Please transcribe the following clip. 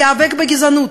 תיאבק בגזענות.